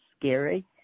scary